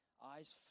Eyes